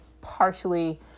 partially